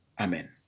Amen